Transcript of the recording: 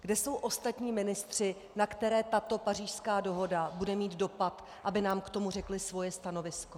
Kde jsou ostatní ministři, na které tato Pařížská dohoda bude mít dopad, aby nám k tomu řekli svoje stanovisko?